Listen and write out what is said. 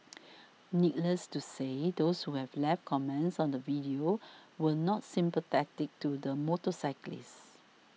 needless to say those who have left comments on the video were not sympathetic to the motorcyclist